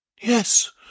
Yes